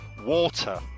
Water